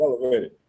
elevated